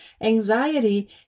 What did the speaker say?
anxiety